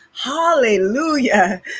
hallelujah